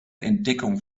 entdeckung